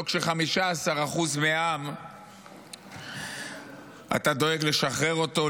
לא כש-15% מהעם אתה דואג לשחרר אותם,